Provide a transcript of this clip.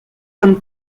comme